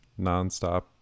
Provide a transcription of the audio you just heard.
nonstop